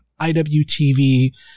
IWTV